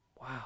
Wow